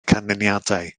canlyniadau